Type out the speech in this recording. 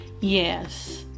Yes